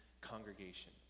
congregation